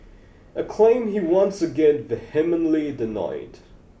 a claim he once again vehemently denied